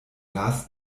las